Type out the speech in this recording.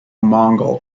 mongol